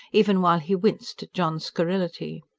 even while he winced at john's scurrility.